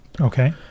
Okay